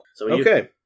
Okay